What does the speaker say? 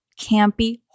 campy